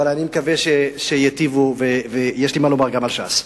אבל אני מקווה שייטיבו, ויש לי מה לומר גם על ש"ס.